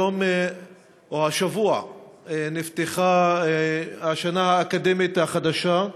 השבוע נפתחה השנה האקדמית החדשה.